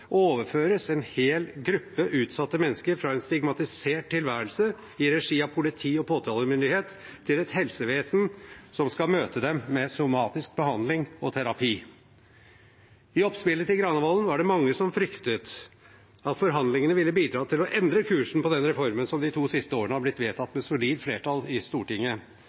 overføres en hel gruppe utsatte mennesker fra en stigmatisert tilværelse i regi av politi og påtalemyndighet til et helsevesen som skal møte dem med somatisk behandling og terapi. I oppspillet til Granavolden var det mange som fryktet at forhandlingene ville bidra til å endre kursen på den reformen som de to siste årene har blitt vedtatt med solid flertall i Stortinget.